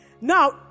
Now